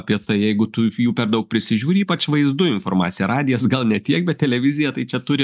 apie tai jeigu tu jų per daug prisižiūri ypač vaizdu informacija radijas gal ne tiek bet televizija tai čia turi